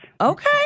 Okay